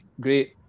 great